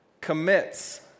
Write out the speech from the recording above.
commits